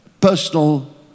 personal